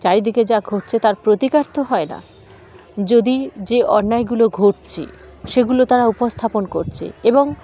চারিদিকে যা ঘটছে তার প্রতিকার তো হয় না যদি যে অন্যায়গুলো ঘটছে সেগুলো তারা উপস্থাপন করছে এবং